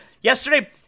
yesterday